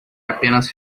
apenas